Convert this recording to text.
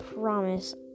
promise